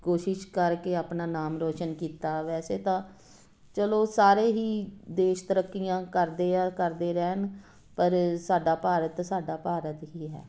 ਕੋਸ਼ਿਸ਼ ਕਰਕੇ ਆਪਣਾ ਨਾਮ ਰੋਸ਼ਨ ਕੀਤਾ ਵੈਸੇ ਤਾਂ ਚਲੋ ਸਾਰੇ ਹੀ ਦੇਸ਼ ਤਰੱਕੀਆਂ ਕਰਦੇ ਆ ਕਰਦੇ ਰਹਿਣ ਪਰ ਸਾਡਾ ਭਾਰਤ ਸਾਡਾ ਭਾਰਤ ਹੀ ਹੈ